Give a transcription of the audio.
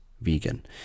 vegan